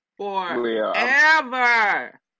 forever